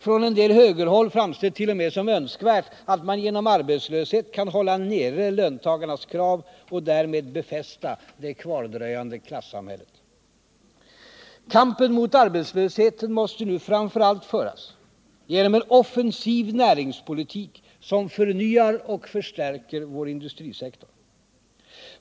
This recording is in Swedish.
Från visst högerhåll framställs det t.o.m. som önskvärt att man genom arbetslöshet kan hålla nere löntagarnas krav och därmed befästa det kvardröjande klassamhället. Kampen mot arbetslösheten måste nu framför allt föras genom en offensiv näringspolitik som förnyar och förstärker vår industrisektor.